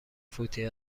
فوتی